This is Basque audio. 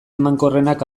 emankorrenak